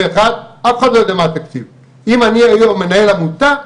אם אני היום מנהל עמותה,